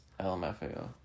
LMFAO